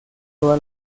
toda